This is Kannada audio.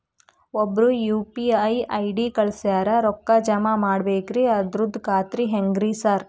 ಒಬ್ರು ಯು.ಪಿ.ಐ ಐ.ಡಿ ಕಳ್ಸ್ಯಾರ ರೊಕ್ಕಾ ಜಮಾ ಮಾಡ್ಬೇಕ್ರಿ ಅದ್ರದು ಖಾತ್ರಿ ಹೆಂಗ್ರಿ ಸಾರ್?